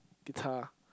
guitar